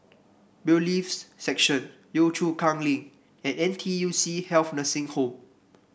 Bailiffs' Section Yio Chu Kang Link and N T U C Health Nursing Home